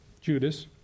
Judas